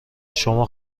شما